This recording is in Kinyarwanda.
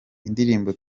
indirimbo